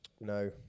No